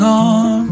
on